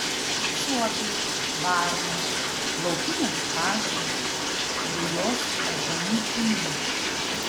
suopiai varnos laukinės katės rujos alkanų šunų